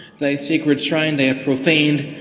they sacred shrine they have profaned,